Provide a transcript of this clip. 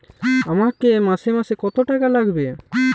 আমাকে মাসে মাসে কত টাকা লাগবে?